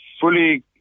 fully